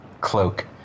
cloak